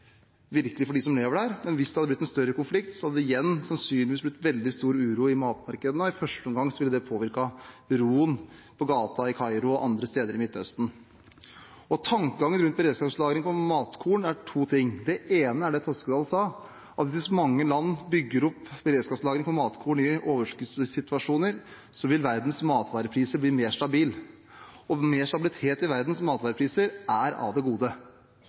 virkelig for dem som lever der. Men hvis det hadde blitt en større konflikt, hadde det igjen sannsynligvis blitt veldig stor uro i matmarkedene. I første omgang ville det påvirket roen på gaten i Kairo og andre steder i Midtøsten. Tankegangen rundt beredskapslageret for matkorn er to ting. Det ene er det Toskedal sa, at hvis mange land bygger opp beredskapslager for matkorn i overskuddssituasjoner, vil verdens matvarepriser bli mer stabile. Mer stabilitet i verdens matvarepriser er av det gode.